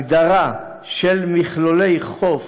הגדרה של מכלולי חוף,